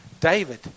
David